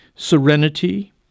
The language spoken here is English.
serenity